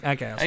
Okay